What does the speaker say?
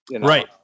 Right